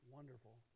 Wonderful